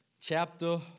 chapter